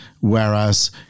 Whereas